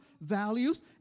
values